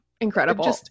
Incredible